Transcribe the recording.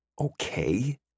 Okay